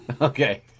okay